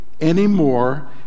anymore